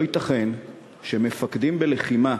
לא ייתכן שמפקדים בלחימה